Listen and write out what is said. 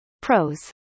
Pros